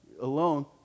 alone